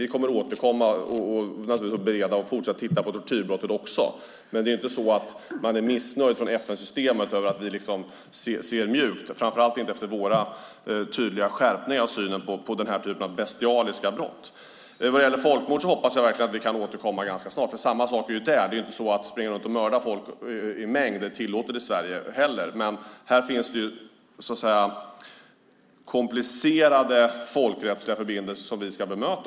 Vi kommer naturligtvis att fortsätta titta på och bereda frågan om tortyrbrott, men inom FN tycker man inte att vi tar för lätt på detta - framför allt inte efter vår skärpning av synen på denna typ av bestialiska brott. Vad gäller folkmord hoppas jag att vi kan återkomma ganska snart. Samma sak gäller dock här. Det är inte tillåtet att springa runt och mörda folk i mängd. Det finns dock komplicerade folkrättsliga förbindelser som vi ska bemöta.